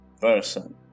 person